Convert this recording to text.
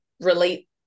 relate